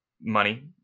money